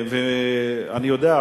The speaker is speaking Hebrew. אני יודע,